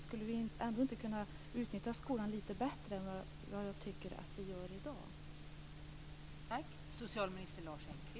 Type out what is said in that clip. Skulle vi inte kunna utnyttja skolan lite bättre än vad vi gör i dag?